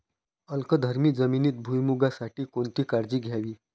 अल्कधर्मी जमिनीत भुईमूगासाठी कोणती काळजी घ्यावी?